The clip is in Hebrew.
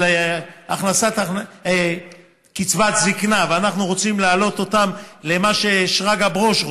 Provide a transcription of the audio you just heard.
של קצבת זקנה, למה ששרגא ברוש רוצה,